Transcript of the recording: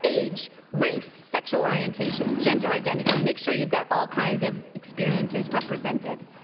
age, race, sexual orientation, gender identity and make sure you've got all kinds of experiences represented.